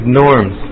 norms